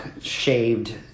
shaved